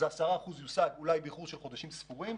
לכן היעד של 10% יושג אולי באיחור של חודשים ספורים.